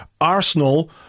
Arsenal